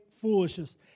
foolishness